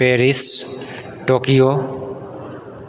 Paris Tokyo